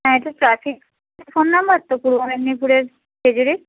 হ্যাঁ এটা traffic phone number তো পূর্ব মেদিনীপুরের খেজুরির